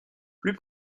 plus